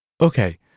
Okay